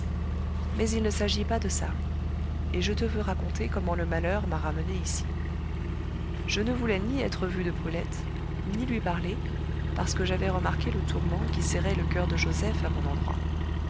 mais il ne s'agit pas de ça et je te veux raconter comment le malheur m'a ramené ici je ne voulais ni être vu de brulette ni lui parler parce que j'avais remarqué le tourment qui serrait le coeur de joseph à mon endroit